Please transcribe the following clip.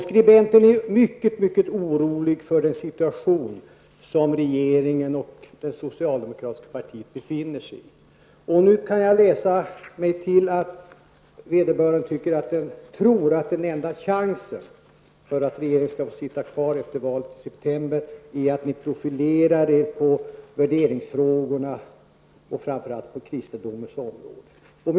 Skribenten är synnerligen orolig med anledning av den situation som regeringen och det socialdemokratiska partiet nu befinner sig i. Jag kan så att säga läsa mig till att vederbörande tror att regeringens enda chans att få sitta kvar efter valet i september är att regeringen profilerar sig i värderingsfrågorna. Framför allt gäller det på kristendomens område.